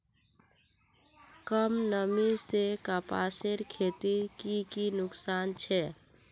कम नमी से कपासेर खेतीत की की नुकसान छे?